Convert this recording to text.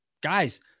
Guys